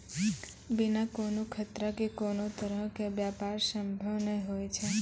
बिना कोनो खतरा के कोनो तरहो के व्यापार संभव नै होय छै